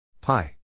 Pi